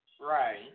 Right